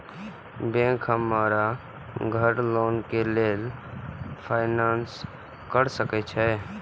Bank हमरा घर loan के लेल फाईनांस कर सके छे?